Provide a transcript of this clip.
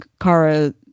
Kara